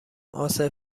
عاصف